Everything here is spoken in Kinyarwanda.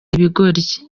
ibigoryi